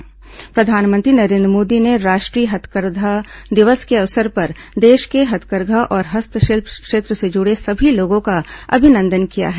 राष्ट्रीय हथकरघा दिवस प्रधानमंत्री नरेन्द्र मोदी ने राष्ट्रीय हथकरघा दिवस के अवसर पर देश के हथकरघा और हस्तशिल्प क्षेत्र से जुड़े सभी लोगों का अभिनंदन किया है